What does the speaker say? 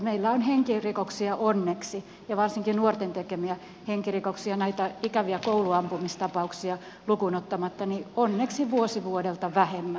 meillä on henkirikoksia ja varsinkin nuorten tekemiä henkirikoksia näitä ikäviä kouluampumistapauksia lukuun ottamatta onneksi vuosi vuodelta vähemmän